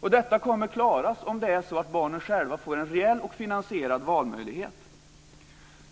Detta kommer att kunna klaras om barnen får en reell och finansierad valmöjlighet.